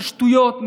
על שטויות,